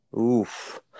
Oof